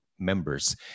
members